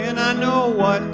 and i know what